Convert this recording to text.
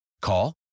Call